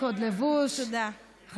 למרות שאת יודעת מה, אני אושיט לך עזרה.